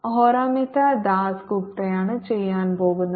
ഹൊറമിറ്റ ദാസ് ഗുപ്തയാണ് ചെയ്യാൻ പോകുന്നത്